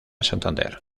santander